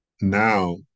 now